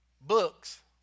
Books